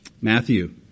Matthew